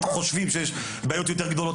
70 אבוקות במשחק כדורסל,